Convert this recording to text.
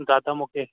दादा मूंखे